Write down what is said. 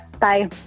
bye